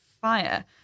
FIRE